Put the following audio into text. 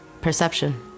perception